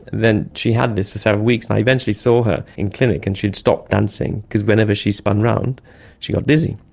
she had this for several weeks, and i eventually saw her in clinic and she had stopped dancing because whenever she spun around she got dizzy.